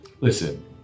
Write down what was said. listen